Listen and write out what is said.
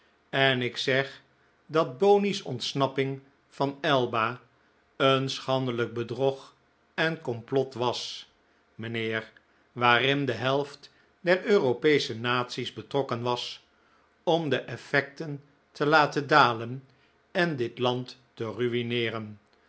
en ik zeg dat boney's ontsnapping van elba een schandelijk bedrog en complot was mijnheer waarin de helft der europeesche naties betrokken was om de effecten te laten dalen en dit land te